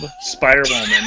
Spider-Woman